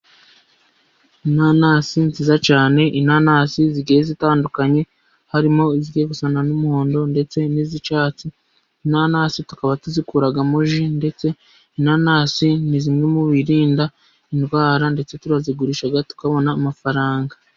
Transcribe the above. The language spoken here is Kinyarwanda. Inanasi nziza cyane, inanasi zigiye zitandukanye, harimo izigiye gusa n'umuhondo, ndetse n'iz'icyatsi. Inanasi tukaba tuzikoramo ji, ndetse inanasi ni zimwe mu birinda indwara, ndetse turazigurisha tukabona amafaranga.